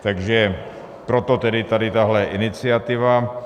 Takže proto tedy tahle iniciativa.